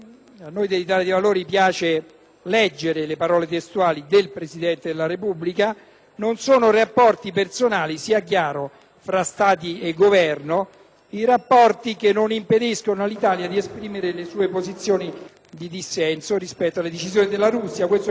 «Non sono rapporti personali, sia chiaro, ma tra Stati e Governo, i rapporti che non impediscono all'Italia di esprimere le sue posizioni di dissenso rispetto alle decisioni della Russia». Questo vuol dire che bisogna allargare la decisione al